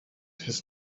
his